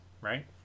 right